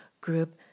group